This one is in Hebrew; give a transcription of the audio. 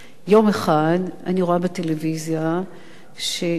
יום אחד אני רואה בטלוויזיה שמצלמים